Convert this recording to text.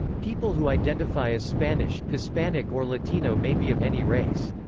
people who identify as spanish, hispanic or latino may be of any race.